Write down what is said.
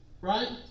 right